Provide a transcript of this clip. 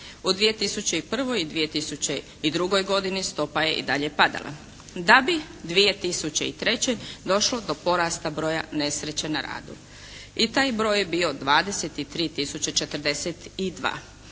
U 2001. i 20002. stopa je i dalje padala, da bi 2003. došlo do porasta broja nesreća na radu. I taj broj je bio 23